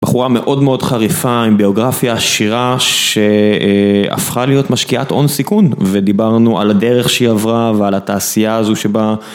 בחורה מאוד מאוד חריפה עם ביוגרפיה עשירה שהפכה להיות משקיעת הון סיכון ודיברנו על הדרך שהיא עברה ועל התעשייה הזו שבה...